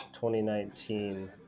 2019